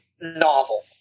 novel